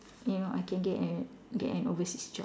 you know I can get an get an overseas job